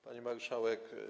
Pani Marszałek!